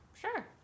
Sure